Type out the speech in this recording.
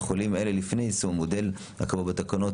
החולים האלה לפני יישום המודל הקבוע בתקנות,